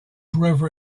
river